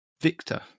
Victor